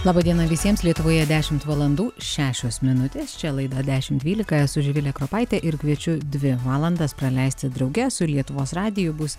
laba diena visiems lietuvoje dešimt valandų šešios minutės čia laida dešimt dvylika esu živilė kropaitė ir kviečiu dvi valandas praleisti drauge su lietuvos radiju bus